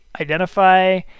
identify